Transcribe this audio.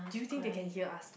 do you think they can hear us talk